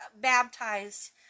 baptized